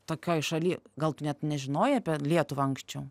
tokioj šalyj gal tu net nežinojai apie lietuvą anksčiau